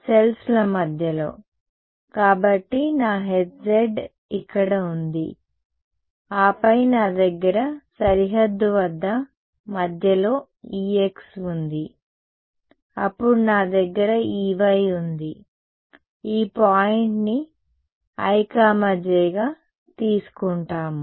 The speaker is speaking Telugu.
సెల్స్ ల మధ్యలో కాబట్టి నా Hz ఇక్కడ ఉంది ఆపై నా దగ్గర సరిహద్దు వద్ద మధ్యలో Ex ఉంది అప్పుడు నా దగ్గర Ey ఉంది ఈ పాయింట్ని ijగా తీసుకుంటాము